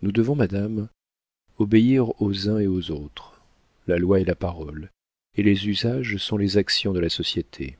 nous devons madame obéir aux uns et aux autres la loi est la parole et les usages sont les actions de la société